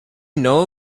know